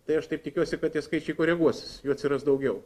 tai aš taip tikiuosi kad tie skaičiai koreguosis jų atsiras daugiau